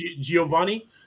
Giovanni